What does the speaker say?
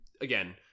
again